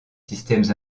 systèmes